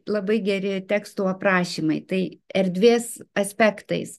labai geri teksto aprašymai tai erdvės aspektais